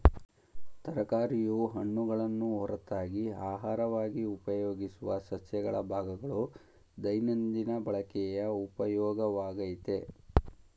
ತರಕಾರಿಯು ಹಣ್ಣುಗಳನ್ನು ಹೊರತಾಗಿ ಅಹಾರವಾಗಿ ಉಪಯೋಗಿಸುವ ಸಸ್ಯಗಳ ಭಾಗಗಳು ದೈನಂದಿನ ಬಳಕೆಯ ಉಪಯೋಗವಾಗಯ್ತೆ